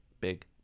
big